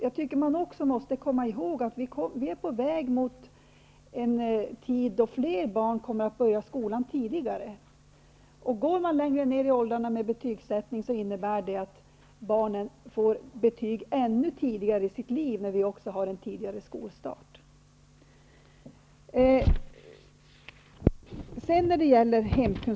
Jag tycker att man också måste komma ihåg att vi är på väg mot en tid då fler barn kommer att börja skolan tidigare. Går man längre ner i åldrarna med betygssättning, innebär det att barnen får betyg ännu tidigare i sitt liv, när vi också har tidigare skolstart.